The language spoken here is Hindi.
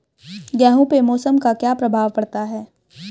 गेहूँ पे मौसम का क्या प्रभाव पड़ता है?